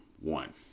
one